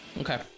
Okay